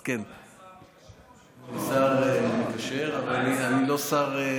אז כן, אתה עדיין השר המקשר או שלא?